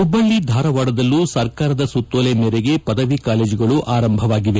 ಹುಬ್ಬಳ್ಳಿ ಧಾರವಾಡದಲ್ಲೂ ಸರ್ಕಾರದ ಸುತ್ತೋಲೆ ಮೇರೆಗೆ ಪದವಿ ಕಾಲೇಜುಗಳು ಆರಂಭವಾಗಿದೆ